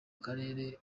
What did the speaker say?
karere